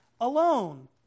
alone